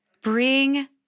bring